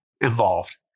involved